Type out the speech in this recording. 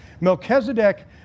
Melchizedek